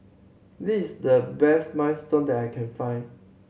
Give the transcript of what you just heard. this the best Minestrone that I can find